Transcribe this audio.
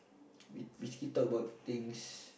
we basically talk about things